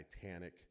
Titanic